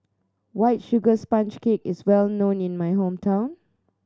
White Sugar Sponge Cake is well known in my hometown